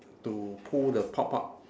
to pull the pop up